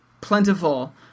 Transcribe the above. plentiful